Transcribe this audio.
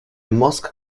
mosque